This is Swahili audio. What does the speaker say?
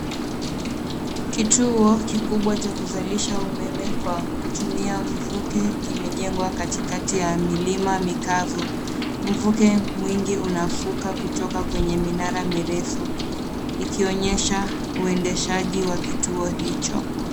Kituo kikubwa cha kuzalisha umeme kwa kutumia mvuke kimejengwa katikati ya milima mikavu. Mvuke mwingine unafuka kutoka kwenye minara mirefu, ikionyesha uendeshaji wa kituo hicho.